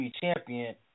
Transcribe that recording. Champion